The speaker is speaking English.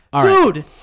Dude